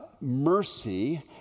mercy